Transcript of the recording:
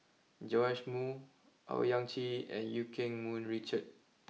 Joash Moo Owyang Chi and Eu Keng Mun Richard